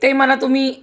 ते मला तुम्ही